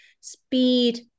speed